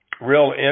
real